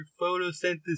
photosynthesis